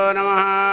Namaha